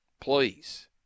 Please